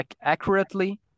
accurately